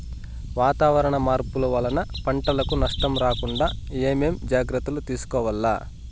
వాతావరణ మార్పులు వలన పంటలకు నష్టం రాకుండా ఏమేం జాగ్రత్తలు తీసుకోవల్ల?